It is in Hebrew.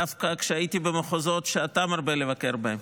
דווקא כשהייתי במחוזות שאתה מרבה לבקר בהם.